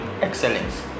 excellence